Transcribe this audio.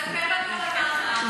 ספר לנו על המאמר.